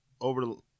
over